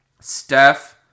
Steph